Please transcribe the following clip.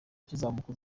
ukizamuka